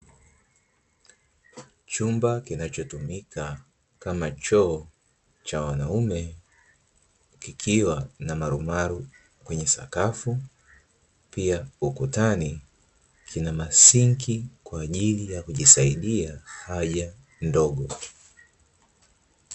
Chumba kinachotumika kama choo cha wanaume, kikiwa na marumaru kwenye sakafu, pia ukutani kina masinki kwa ajili ya kujisaidia haja ndogo.